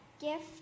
gift